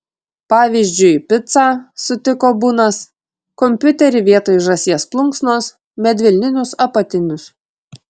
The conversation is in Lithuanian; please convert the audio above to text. pavyzdžiui picą sutiko bunas kompiuterį vietoj žąsies plunksnos medvilninius apatinius